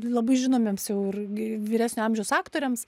labai žinomiems jau ir vyresnio amžiaus aktoriams